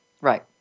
Right